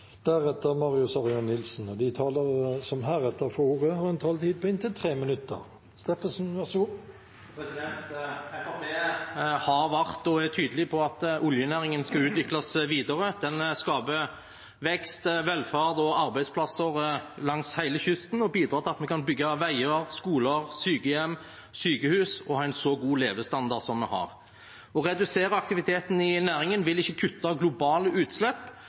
tydelig på at oljenæringen skal utvikles videre. Den skaper vekst, velferd og arbeidsplasser langs hele kysten og bidrar til at vi kan bygge veier, skoler, sykehjem, sykehus og ha en så god levestandard som vi har. Å redusere aktiviteten i næringen vil ikke kutte globale utslipp,